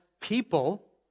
people